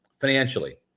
financially